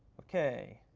ok.